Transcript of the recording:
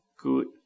good